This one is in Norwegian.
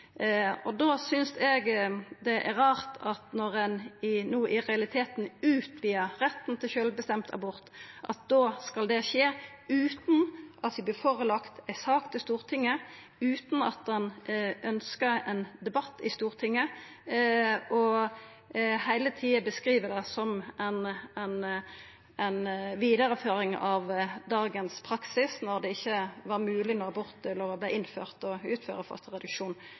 synest eg det er rart at når ein no i realiteten utvidar retten til sjølvbestemt abort, skal det skje utan at det vert lagt fram ei sak for Stortinget, utan at ein ønskjer ein debatt i Stortinget, og heile tida beskriv det som ei vidareføring av dagens praksis, når det ikkje var mogeleg å utføra fosterreduksjon da abortlova vart innført.